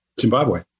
Zimbabwe